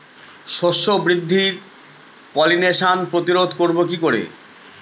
শস্য বৃদ্ধির পলিনেশান প্রতিরোধ করব কি করে?